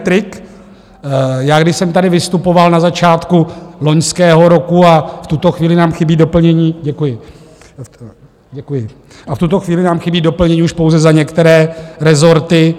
Když jsem tady vystupoval na začátku loňského roku, a v tuto chvíli nám chybí doplnění děkuji a v tuto chvíli nám chybí doplnění už pouze za některé rezorty.